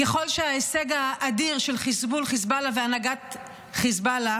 ככל שההישג האדיר של חיסול נסראללה והנהגת חיזבאללה